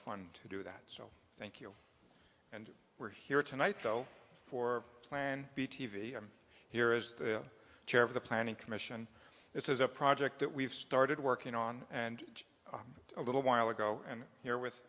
fun to do that so thank you and we're here tonight though for plan b t v here is the chair of the planning commission this is a project that we've started working on and a little while ago and here with